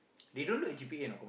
they don't look at G_P you know